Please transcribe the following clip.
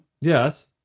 Yes